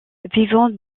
vivants